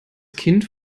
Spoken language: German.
kind